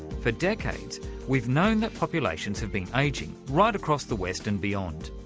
for decades we've known that populations have been ageing, right across the west and beyond.